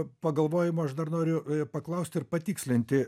pagalvojimo aš dar noriu paklausti ir patikslinti